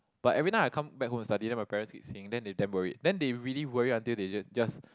but everytime I come back home study then my parents keep saying then they damn worried then they really worried until they just